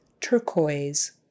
turquoise